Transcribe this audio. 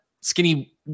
Skinny